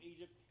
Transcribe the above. Egypt